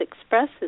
expresses